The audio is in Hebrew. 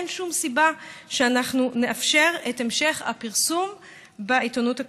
אין שום סיבה שאנחנו נאפשר את המשך הפרסום בעיתונות הכתובה.